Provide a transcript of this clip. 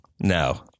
No